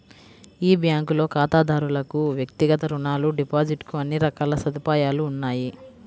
ఈ బ్యాంకులో ఖాతాదారులకు వ్యక్తిగత రుణాలు, డిపాజిట్ కు అన్ని రకాల సదుపాయాలు ఉన్నాయి